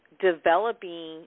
Developing